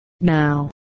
Now